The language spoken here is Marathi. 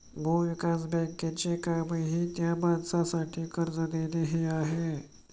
भूविकास बँकेचे कामही त्या माणसासाठी कर्ज देणे हे आहे